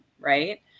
right